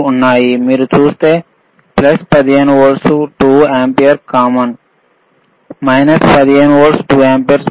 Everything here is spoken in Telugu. మీరు చూస్తే ప్లస్ 15 వోల్ట్లు 2 ఆంపియర్ కామన్ మైనస్ 15 వోల్ట్లు 2 ఆంపియర్ ఉంది